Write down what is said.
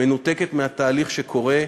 מנותקת מהתהליך שקורה,